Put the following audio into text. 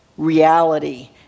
Reality